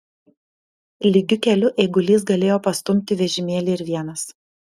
lygiu keliu eigulys galėjo pastumti vežimėlį ir vienas